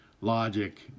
logic